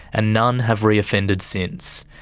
and none have reoffended since.